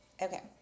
Okay